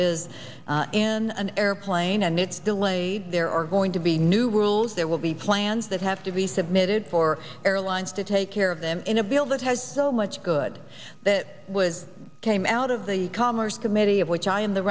is in an airplane and it's delayed there are going to be new rules there will be plans that have to be submitted for airlines to take care of them in a bill that has so much good that was came out of the commerce committee of which i am the